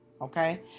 Okay